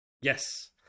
Yes